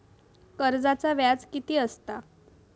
कर्जाचा व्याज कीती असता?